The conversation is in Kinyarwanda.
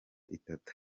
itatu